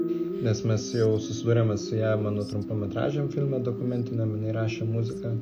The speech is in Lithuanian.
nes mes jau susidūrėme su ja mano trumpametražiam filme dokumentiniam jinai rašė muziką